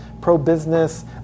pro-business